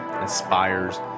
inspires